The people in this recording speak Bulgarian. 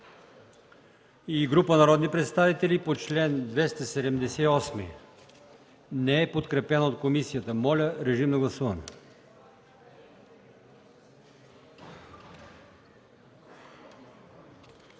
и група народни представители по чл. 278, неподкрепен от комисията. Моля, режим на гласуване.